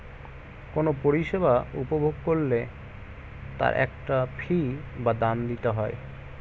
কোনো পরিষেবা উপভোগ করলে তার একটা ফী বা দাম দিতে হয়